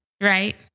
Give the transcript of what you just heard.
right